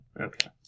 Okay